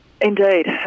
Indeed